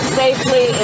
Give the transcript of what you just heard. safely